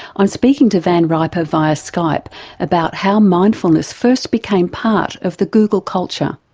i'm speaking to van riper via skype about how mindfulness first became part of the google culture.